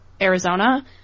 Arizona